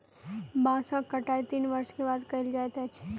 बांसक कटाई तीन वर्ष के बाद कयल जाइत अछि